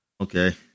okay